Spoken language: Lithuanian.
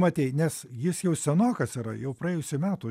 matei nes jis jau senokas yra jau praėjusių metų